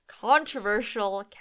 Controversial